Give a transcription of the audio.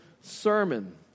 sermon